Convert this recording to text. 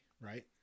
right